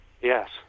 Yes